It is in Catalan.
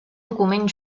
document